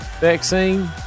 vaccine